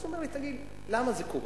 אז הוא אומר לי: תגיד, למה זה קורה?